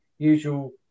usual